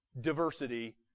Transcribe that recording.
diversity